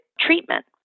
treatment